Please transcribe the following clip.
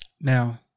Now